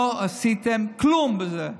לא עשיתם כלום בזה.